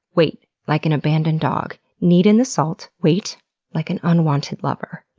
wait, like an abandoned dog. knead in the salt, wait like an unwanted lover.